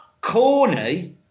corny